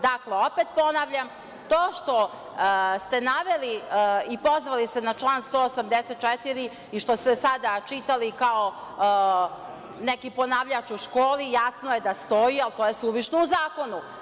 Dakle, opet ponavljam, to što ste naveli i pozvali se na član 184. i što ste sada čitali kao neki ponavljač u školi, jasno je da stoji, ali je to suvišno u zakonu.